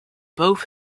both